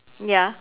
ya